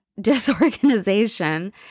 disorganization